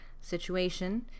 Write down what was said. situation